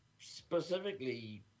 specifically